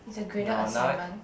it's a graded assignment